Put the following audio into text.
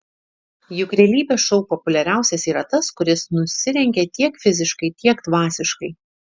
juk realybės šou populiariausias yra tas kuris nusirengia tiek fiziškai tiek dvasiškai